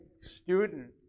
student